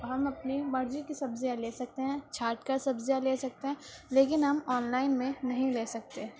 ہم اپنی مرضی کی سبزیاں لے سکتے ہیں چھانٹ کر سبزیاں لے سکتے ہیں لیکن ہم آن لائن میں نہیں لے سکتے